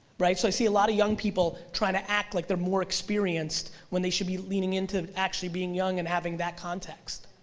right so i see a lot of young people trying to act like they're more experienced when they should be leaning into actually being young and having that context,